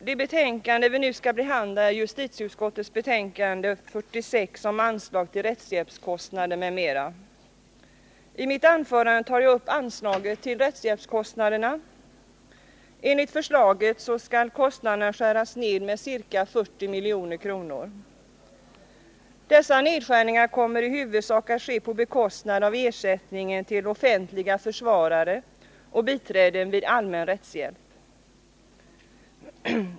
Herr talman! Vi skall nu behandla justitieutskottets betänkande 1981/ 82:46 om anslag till rättshjälpskostnader m.m., och jag vill med några ord ge mina synpunkter på frågan. Enligt föreliggande förslag skall rättshjälpskostnaderna skäras ned med ca 40 milj.kr. Denna nedskärning kommer i huvudsak att ske på bekostnad av ersättningen till offentliga försvarare och biträden vid allmän rättshjälp.